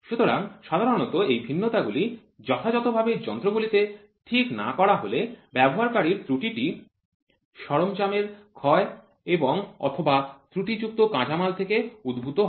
সুতরাং সাধারণত এই ভিন্নতাগুলি যথাযথভাবে যন্ত্র গুলিকে ঠিক না করা হলে ব্যবহারকারীর ত্রুটি সরঞ্জাম এর ক্ষয় এবংঅথবা ত্রুটিযুক্ত কাঁচামাল থেকে উদ্ভূত হয়